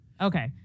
Okay